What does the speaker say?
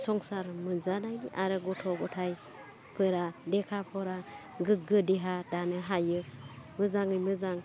संसार मोनजानायनि आरो गथ' गथायफोरा लेखा फरा गोग्गो देहा दानो हायो मोजाङै मोजां